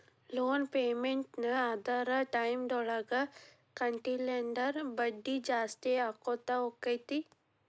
loan payment ನ್ನ ಅದರ್ ಟೈಮ್ದಾಗ್ ಕಟ್ಲಿಲ್ಲಂದ್ರ ಬಡ್ಡಿ ಜಾಸ್ತಿಅಕ್ಕೊತ್ ಹೊಕ್ಕೇತಿ